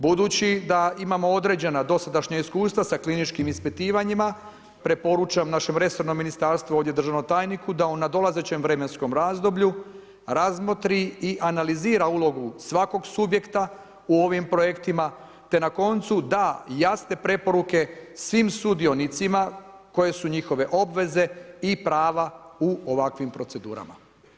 Budući da imamo određena dosadašnja iskustva sa kliničkim ispitivanjima, preporučam našem resornom ministarstvu ovdje, državnim tajniku, da u nadolazećem vremenskom razdoblju razmotri i analizira ulogu svakog subjekta u ovim projektima te na koncu da jasne preporuke svim sudionicima koje su njihove obveze i prava u ovakvim procedurama.